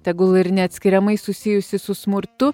tegul ir neatskiriamai susijusį su smurtu